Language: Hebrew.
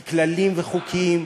כי כללים וחוקים,